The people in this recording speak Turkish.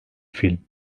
film